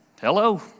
Hello